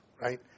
right